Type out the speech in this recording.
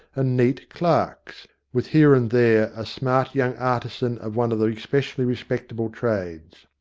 and neat clerks, with here and there a smart young artisan of one of the especially respectable trades.